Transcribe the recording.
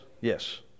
Yes